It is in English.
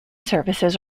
services